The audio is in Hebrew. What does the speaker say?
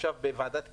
יושב-ראש ועדת הכספים,